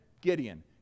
Gideon